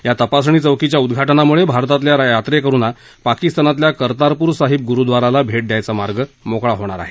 या तपासणी चौकीच्या उद्घाटनामुळे भारतातल्या यात्रेकरुंना पाकिस्तानातल्या कर्तारपूर साहिब गुरुद्वाराला भेट द्यायचा मार्ग मोकळा होईल